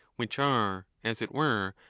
which are, as it were,